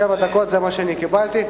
שבע דקות, זה מה שאני קיבלתי.